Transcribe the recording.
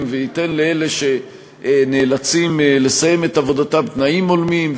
וייתן לאלה שנאלצים לסיים את עבודתם תנאים הולמים,